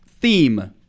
Theme